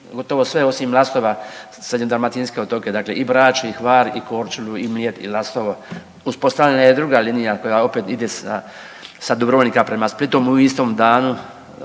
gotovo sve osim Lastova, srednjodalmatinske otoke, dakle i Brač i Hvar i Korčulu i Mljet i Lastovo. Uspostavljena je druga linija koja opet ide sa Dubrovnika prema Splitu u istom danu